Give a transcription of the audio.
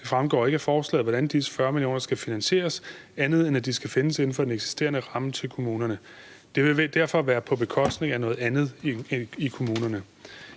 Det fremgår ikke af forslaget, hvordan disse 40 mio. kr. skal finansieres, andet end at de skal findes inden for den eksisterende ramme hos kommunerne. Det vil derfor være på bekostning af noget andet i kommunerne.